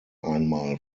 einmal